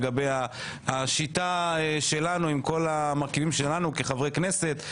לגבי השיטה שלנו עם כול המרכיבים שלנו כחברי כנסת,